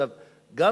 יהיה יותר טוב.